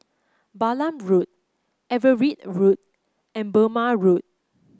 Balam Road Everitt Road and Burmah Road